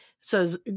says